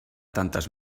tantes